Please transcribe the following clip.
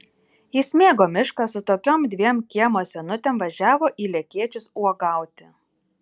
jis mėgo mišką su tokiom dviem kiemo senutėm važiavo į lekėčius uogauti